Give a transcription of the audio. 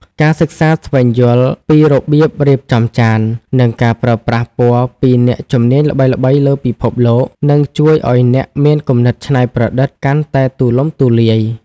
ការសិក្សាស្វែងយល់ពីរបៀបរៀបចំចាន និងការប្រើប្រាស់ពណ៌ពីអ្នកជំនាញល្បីៗលើពិភពលោក នឹងជួយឱ្យអ្នកមានគំនិតច្នៃប្រឌិតកាន់តែទូលំទូលាយ។